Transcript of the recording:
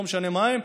לא משנה מה הם,